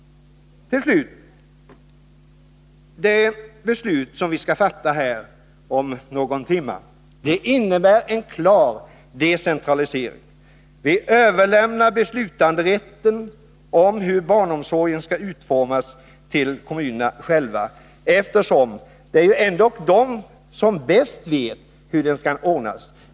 Det beslut som vi skall fatta här om någon timme innebär en klar decentralisering. Vi överlämnar beslutanderätten om hur barnomsorgen skall utformas till kommunerna själva, eftersom det ju ändock är de som bäst vet hur den skall ordnas.